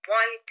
one